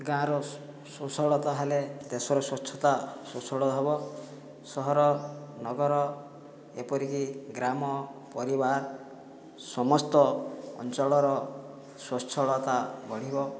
ଗାଁର ସ୍ୱସଳତା ହେଲେ ଦେଶର ସ୍ୱଚ୍ଛତା ସ୍ଵସଳ ହେବ ସହର ନଗର ଏପରିକି ଗ୍ରାମ ପରିବାର ସମସ୍ତ ଅଞ୍ଚଳର ସ୍ୱଚ୍ଛଳତା ବଢ଼ିବ